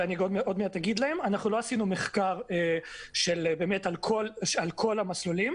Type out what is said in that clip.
לא עשינו מחקר על כל המסלולים.